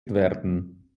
werden